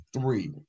three